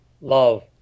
love